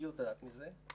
היא יודעת מזה,